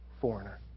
foreigner